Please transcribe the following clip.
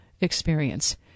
experience